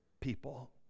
people